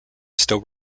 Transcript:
still